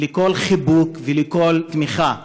לכל חיבוק ולכל תמיכה.